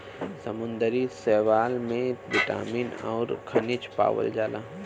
समुंदरी शैवाल में बिटामिन अउरी खनिज पावल जाला